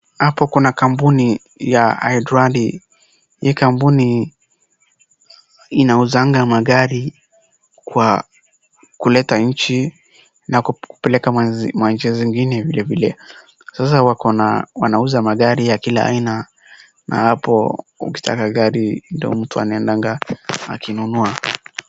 Hapo kuna kampuni ya Idrand, ambayo inauza magari kwa kuleta kutoka nchi nyingine na kupeleka nchi zingine. Wana magari ya aina zote, na mtu anayetaka kununua, anaweza kuendana na mahitaji yake.